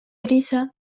prisa